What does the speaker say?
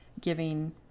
giving